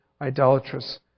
idolatrous